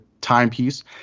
timepiece